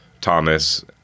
Thomas